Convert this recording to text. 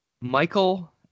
Michael